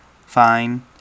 fine